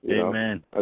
Amen